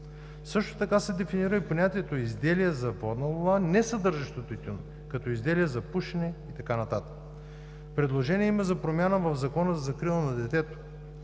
Също така се дефинира и понятието „изделие за водна лула, несъдържащо тютюн“ като изделие за пушене и т.н. Има предложения за промяна в Закона за закрила на детето,